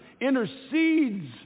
intercedes